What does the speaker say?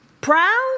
Proud